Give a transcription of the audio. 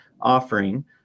offering